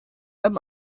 einem